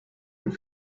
und